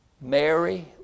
Mary